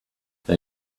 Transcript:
they